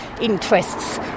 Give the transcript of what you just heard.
interests